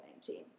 2019